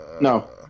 No